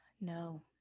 No